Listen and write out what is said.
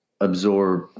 absorb